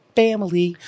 family